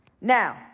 Now